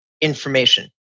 information